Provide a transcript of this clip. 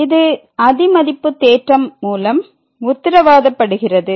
இது அதிமதிப்பு தேற்றம் மூலம் உத்திரவாதப்படுகிறது